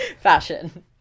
fashion